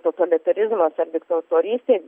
totalitarizmas ar diktatorystė